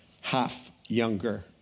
half-younger